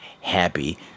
happy